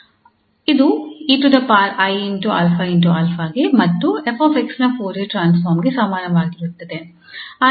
ಆದ್ದರಿಂದ ಇದು 𝑒𝑖𝛼𝑎 ಗೆ ಮತ್ತು 𝑓𝑥 ನ ಫೋರಿಯರ್ ಟ್ರಾನ್ಸ್ಫಾರ್ಮ್ ಗೆ ಸಮಾನವಾಗಿರುತ್ತದೆ